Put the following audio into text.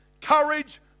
courage